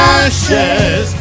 ashes